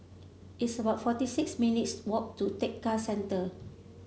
it's about forty six minutes' walk to Tekka Centre